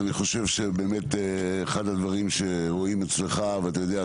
אני חושב שבאמת אחד הדברים שרואים אצלך - אתה יודע,